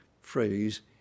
phrase